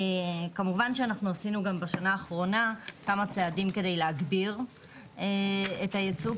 כמובן שאנחנו עשינו גם בשנה האחרונה כמה צעדים כדי להגביר את הייצוג,